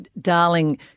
darling